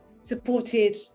supported